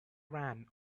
ran